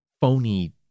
phony